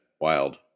wild